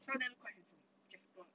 some of them look quite handsome jasper